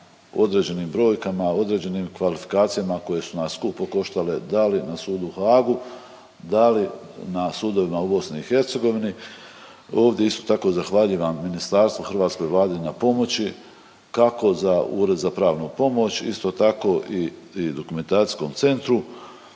određenim brojkama, određenim kvalifikacijama koje su nas skupo koštale, da li na sudu u Haagu, da li na sudovima u BiH. Ovdje isto tako, zahvaljivam ministarstvu i hrvatskoj Vladi na pomoći, kako za ured za pravnu pomoć, isto tako i dokumentacijskom centru.